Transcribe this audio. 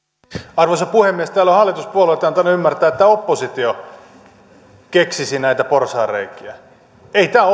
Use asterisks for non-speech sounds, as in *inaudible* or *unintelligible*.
arvoisa puhemies täällä hallituspuolueet ovat antaneet ymmärtää että oppositio keksisi näitä porsaanreikiä ei tämä *unintelligible*